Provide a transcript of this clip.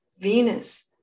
Venus